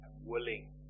willing